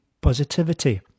positivity